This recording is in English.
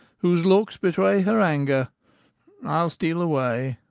whose lookes bewray her anger ile steale away